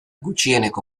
gutxieneko